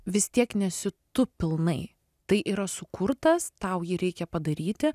vis tiek nesi tu pilnai tai yra sukurtas tau jį reikia padaryti